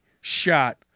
shot